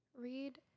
Read